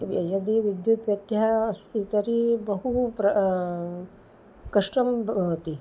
व्य यदि विद्युत् व्यत्ययः अस्ति तर्हि बहु प्र कष्टं भवति